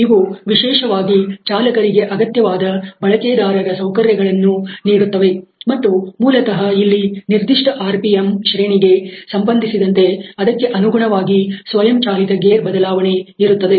ಇವು ವಿಶೇಷವಾಗಿ ಚಾಲಕರಿಗೆ ಅಗತ್ಯವಾದ ಬಳಕೆದಾರರ ಸೌಕರ್ಯಗಳನ್ನು ನೀಡುತ್ತವೆ ಮತ್ತು ಮೂಲತಃ ಇಲ್ಲಿ ನಿರ್ದಿಷ್ಟ ಆರ್ ಪಿ ಎಂ ಶ್ರೇಣಿಗೆ ಸಂಬಂಧಿಸಿದಂತೆಅದಕ್ಕೆ ಅನುಗುಣವಾಗಿ ಸ್ವಯಂ ಚಾಲಿತ ಗೇರ್ ಬದಲಾವಣೆ ಇರುತ್ತದೆ